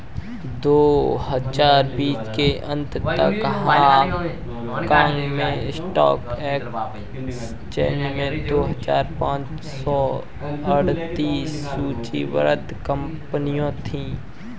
दो हजार बीस के अंत तक हांगकांग के स्टॉक एक्सचेंज में दो हजार पाँच सौ अड़तीस सूचीबद्ध कंपनियां थीं